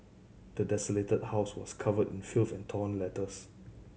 the desolated house was covered in filth and torn letters